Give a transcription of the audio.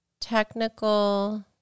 technical